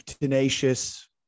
tenacious